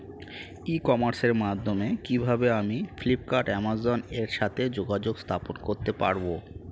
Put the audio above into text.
ই কমার্সের মাধ্যমে কিভাবে আমি ফ্লিপকার্ট অ্যামাজন এর সাথে যোগাযোগ স্থাপন করতে পারব?